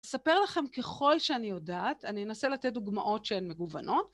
אספר לכם ככל שאני יודעת, אני אנסה לתת דוגמאות שהן מגוונות.